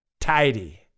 tidy